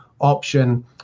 option